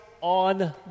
on